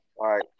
right